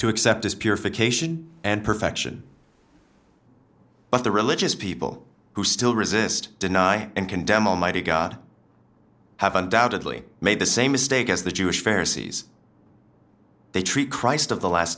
to accept his purification and perfection but the religious people who still resist deny and condemn almighty god have undoubtedly made the same mistake as the jewish heresies they treat christ of the last